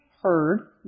heard